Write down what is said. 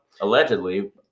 allegedly